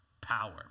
power